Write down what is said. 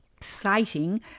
citing